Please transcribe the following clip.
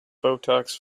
botox